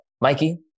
Mikey